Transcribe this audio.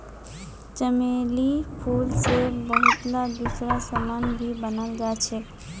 चमेलीर फूल से बहुतला दूसरा समान भी बनाल जा छे